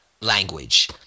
language